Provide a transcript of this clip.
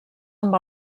amb